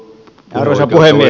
arvoisa puhemies